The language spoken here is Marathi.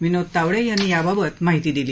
विनोद तावडे यांनी याबाबत माहिती दिली